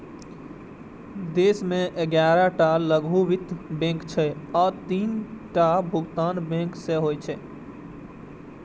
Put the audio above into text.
देश मे ग्यारह टा लघु वित्त बैंक छै आ तीनटा भुगतान बैंक सेहो छै